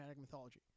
mythology